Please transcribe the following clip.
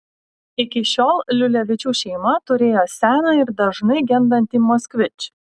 iki šiol liulevičių šeima turėjo seną ir dažnai gendantį moskvič